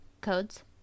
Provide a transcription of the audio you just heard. codes